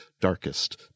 darkest